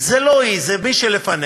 זה לא היא, זה מי שלפניה,